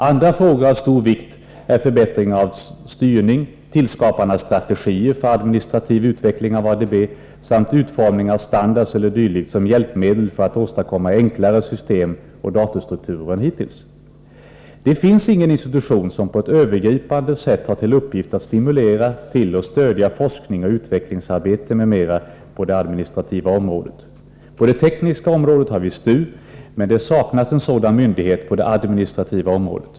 Andra frågor av stor vikt är förbättring av styrning, tillskapande av strategier för administrativ utveckling av ADB samt utformning av standards e. d. som hjälpmedel för att åstadkomma enklare system och datorstrukturer än hittills. Det finns ingen institution som har till uppgift att på ett övergripande sätt stimulera till och stödja forskning och utvecklingsarbete m.m. på det administrativa området. På det tekniska området har vi STU, men det saknas en sådan myndighet på det administrativa området.